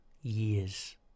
years